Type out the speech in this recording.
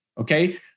okay